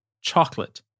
Chocolate